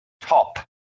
top